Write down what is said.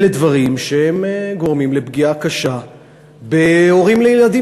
אלה דברים שגורמים לפגיעה קשה בהורים לילדים,